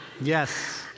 Yes